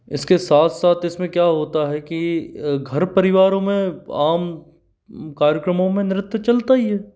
इसके साथ साथ इसमें क्या होता है कि घर परिवारो में आम कार्यक्रमों में नृत्य चलता ही है